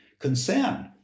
concern